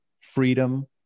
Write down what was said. freedom